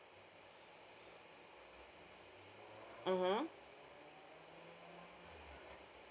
mmhmm